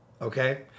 okay